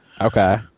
Okay